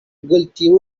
guilty